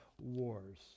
wars